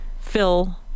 Phil